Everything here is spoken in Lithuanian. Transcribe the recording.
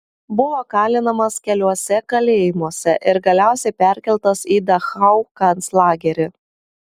buvo kalinamas keliuose kalėjimuose ir galiausiai perkeltas į dachau konclagerį